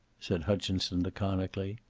said hutchinson laconically.